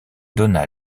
donna